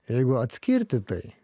ir jeigu atskirti tai